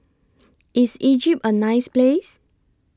IS Egypt A nice Place